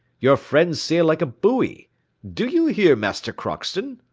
your friends sail like a buoy do you hear, master crockston?